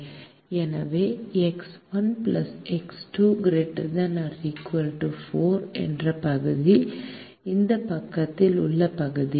எனவே x 1 x 2 ≥ 4 என்ற பகுதி இந்த பக்கத்தில் உள்ள பகுதி